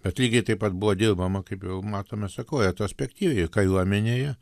kad lygiai taip pat buvo dirbama kaip jau matome sakau retrospektyviai kariuomenėje